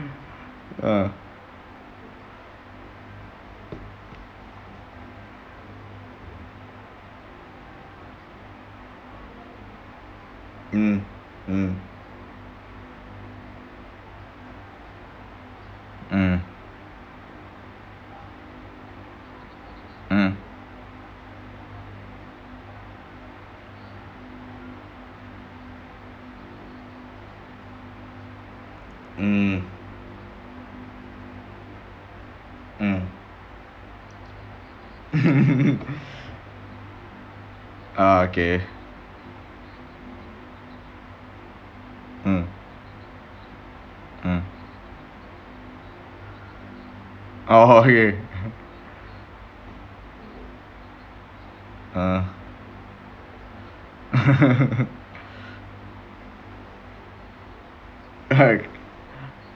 ah mm mm mm mm mm ah okay mm oh ah